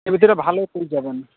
এর ভিতরে ভালো পেয়ে যাবেন